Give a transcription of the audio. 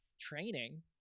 training